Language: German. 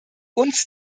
uns